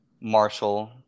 Marshall